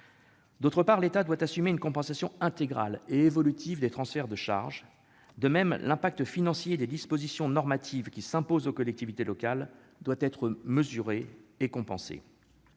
ailleurs, l'État doit assumer une compensation intégrale et évolutive des transferts de charge. De même, l'impact financier des dispositions normatives qui s'imposent aux collectivités locales doit être mesuré et compensé.